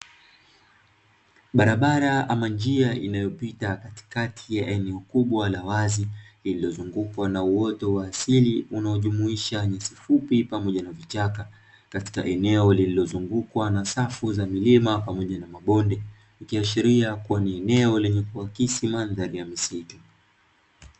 Barabara ama njia inayopita katikati ya eneo kubwa la wazi lililozungukwa na uoto wa asili unaojumuisha nyasi fupi pamoja na vichaka, katika eneo lililozungukwa na safu za milima pamoja na mabonde ikiashiria kua ni eneo lenye kuakisi mandhari ya misitu.